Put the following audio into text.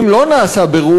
5. אם לא נעשה בירור,